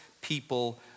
people